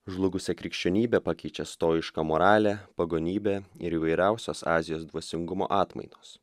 žlugusią krikščionybę pakeičia stojiška moralė pagonybė ir įvairiausios azijos dvasingumo atmainos